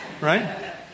Right